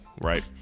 right